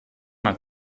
mal